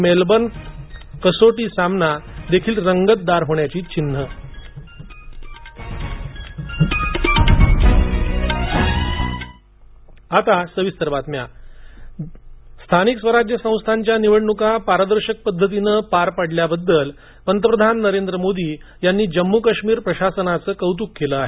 Melbourne कसोटी सामना देखील रंगतदार होण्याची चिन्हे जम्मू काश्मीर स्थानिक स्वराज्य संस्थांच्या निवडणुका पारदर्शक पद्धतीने पार पाडल्याबद्दल पंतप्रधान नरेंद्र मोदी यांनी यांनी जम्मू काश्मीर प्रशासनाच कौतुक केलं आहे